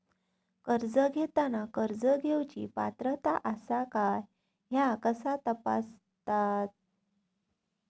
कर्ज घेताना कर्ज घेवची पात्रता आसा काय ह्या कसा तपासतात?